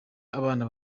abana